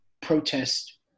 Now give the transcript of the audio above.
protest